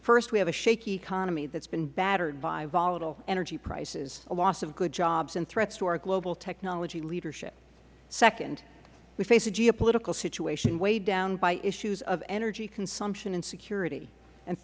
first we have a shaky economy that has been battered by volatile energy prices a loss of good jobs and threats to our global technology leadership second we face a geopolitical situation weighed down by issues of energy consumption and security and